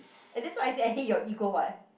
and that's why I said I hate your ego [what]